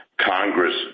Congress